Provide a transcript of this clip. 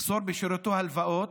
המחסור בשירותי הלוואות,